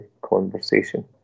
conversation